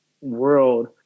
world